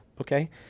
Okay